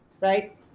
right